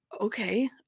okay